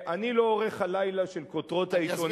אני לא עורך הלילה של כותרות העיתונים,